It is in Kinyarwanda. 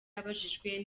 abajijwe